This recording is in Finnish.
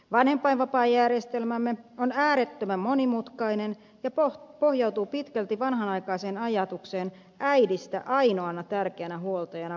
vanhempainvapaajärjestelmämme on äärettömän monimutkainen ja pohjautuu pitkälti vanhanaikaiseen ajatukseen äidistä ainoana tärkeänä huoltajana varhaislapsuudessa